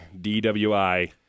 DWI